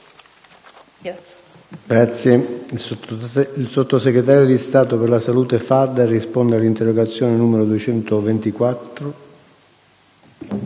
Grazie,